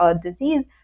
disease